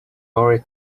already